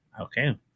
Okay